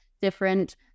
different